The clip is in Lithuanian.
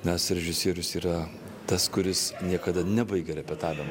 nes režisierius yra tas kuris niekada nebaigia repetavimo